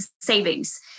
savings